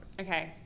Okay